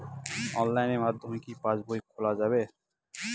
অনলাইনের মাধ্যমে কি পাসবই খোলা যাবে?